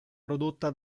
prodotta